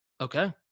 okay